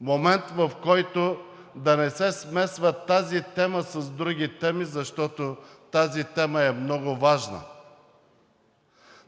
Момент, в който да не се смесва тази тема с други теми, защото тази тема е много важна.